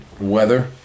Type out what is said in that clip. Weather